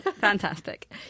Fantastic